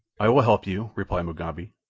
i will help you, replied mugambi.